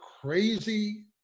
crazy